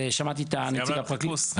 ושמעתי את נציג הפרקליטות.